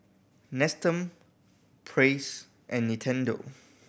Nestum Praise and Nintendo